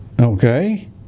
Okay